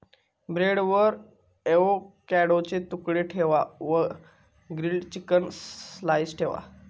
ब्रेडवर एवोकॅडोचे तुकडे ठेवा वर ग्रील्ड चिकन स्लाइस ठेवा